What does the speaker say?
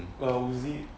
err woozi